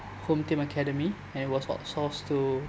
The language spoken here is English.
home team academy and was outsourced to